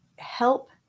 help